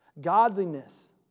Godliness